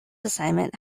assignment